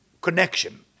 connection